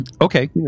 Okay